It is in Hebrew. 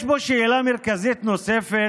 יש פה שאלה מרכזית נוספת,